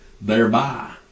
thereby